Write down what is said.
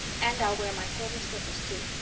and i'll wear my silver slippers too.